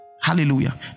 Hallelujah